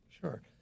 Sure